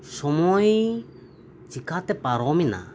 ᱥᱚᱢᱚᱭ ᱪᱤᱠᱟᱹᱛᱮ ᱯᱟᱨᱚᱢᱮᱱᱟ